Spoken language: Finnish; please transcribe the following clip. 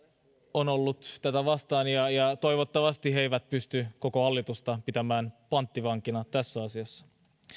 on ollut tätä vastaan ja ja toivottavasti he eivät pysty koko hallitusta pitämään panttivankina tässä asiassa